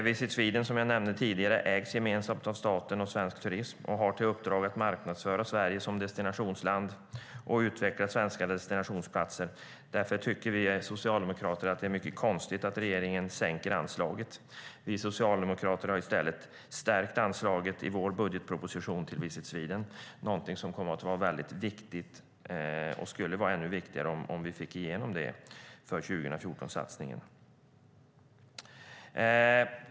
Visit Sweden, som jag nämnde tidigare, ägs gemensamt av staten och Svensk Turism och har till uppdrag att marknadsföra Sverige som destinationsland och att utveckla svenska destinationsplatser. Därför tycker vi socialdemokrater att det är mycket konstigt att regeringen sänker anslaget. Vi socialdemokrater har i stället stärkt anslaget till Visit Sweden i vår budgetproposition, någonting som kommer att vara väldigt viktigt och som skulle vara ännu viktigare om vi fick igenom den satsningen för 2014.